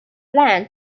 plan